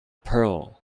pearl